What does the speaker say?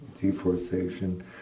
deforestation